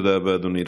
תודה רבה, אדוני.